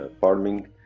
farming